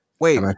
Wait